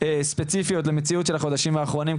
ספציפיות למציאות של החודשים האחרונים,